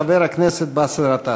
חבר הכנסת באסל גטאס.